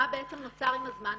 מה בעצם נוצר עם הזמן,